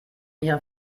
ihrer